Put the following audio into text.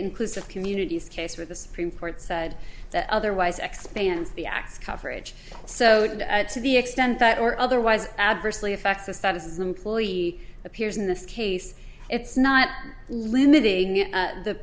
inclusive communities case where the supreme court said that otherwise expands the x coverage so to the extent that or otherwise adversely affects the status as an employee appears in this case it's not limiting the